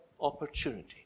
opportunity